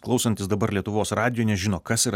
klausantis dabar lietuvos radijo nežino kas yra